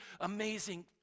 amazing